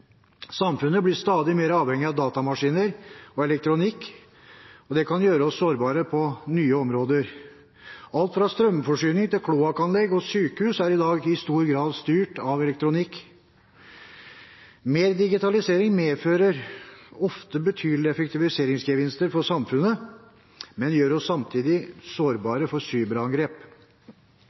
Samfunnet blir stadig mer avhengig av datamaskiner og elektronikk, og det kan gjøre oss sårbare på nye områder. Alt fra strømforsyning til kloakkanlegg og sykehus er i dag i stor grad styrt av elektronikk. Mer digitalisering medfører ofte betydelige effektiviseringsgevinster for samfunnet, men gjør oss samtidig sårbare for cyberangrep.